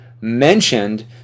mentioned